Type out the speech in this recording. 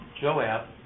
Joab